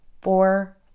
four